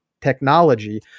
technology